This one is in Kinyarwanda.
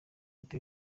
leta